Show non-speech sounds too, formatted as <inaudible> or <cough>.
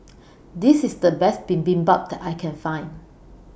<noise> This IS The Best Bibimbap that I Can Find